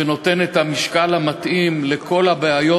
שנותן את המשקל המתאים לכל הבעיות.